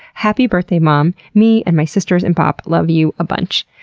happy birthday mom, me and my sisters, and pop love you a bunch.